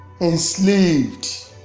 enslaved